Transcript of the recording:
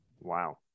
Wow